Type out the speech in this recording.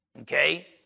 Okay